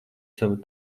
savu